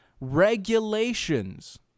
regulations